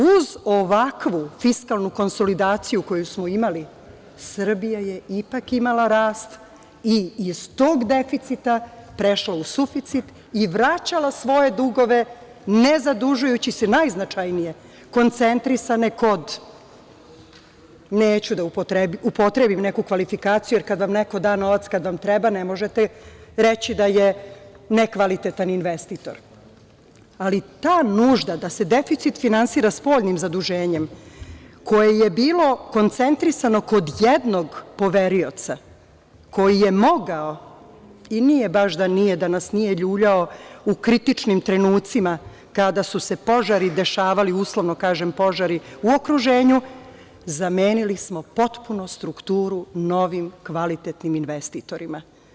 Uz ovakvu fiskalnu konsolidaciju koju smo imali, Srbija je ipak imala rast i iz tog deficita prešla u suficit i vraćala svoje dugove, ne zadužujući se, najznačajnije, koncentrisane kod, neću da upotrebim neku kvalifikaciju jer kad vam neko da novac kad vam treba, ne možete reći da je nekvalitetan investitor, ali ta nužda da se deficit finansira spoljnim zaduženjem, koje je bilo koncentrisano kod jednog poverioca, koji je mogao, i nije baš da nije, da nas nije ljuljao u kritičnim trenucima, kada su se požari dešavali, uslovno kažem požari, u okruženju, zamenili smo potpuno strukturu novim, kvalitetnim investitorima.